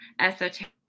esoteric